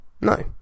no